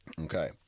Okay